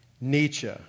Nietzsche